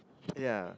ya